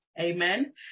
amen